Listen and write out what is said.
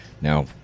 Now